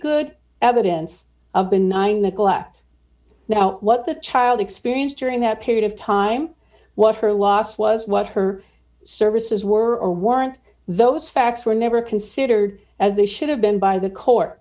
good evidence of benign neglect now what the child experienced during that period of time what her loss was what her services were a warrant those facts were never considered ringback as they should have been by the court